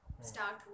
start